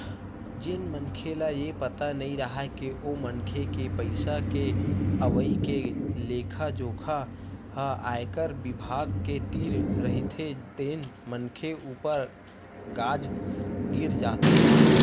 जेन मनखे ल ये पता नइ राहय के ओ मनखे के पइसा के अवई के लेखा जोखा ह आयकर बिभाग के तीर रहिथे तेन मनखे ऊपर गाज गिर जाथे